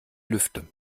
lüfte